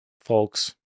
folks